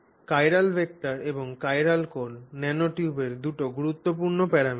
chiral vector এবং chiral কোণ ন্যানোটিউবের দুটি গুরুত্বপূর্ণ প্যারামিটার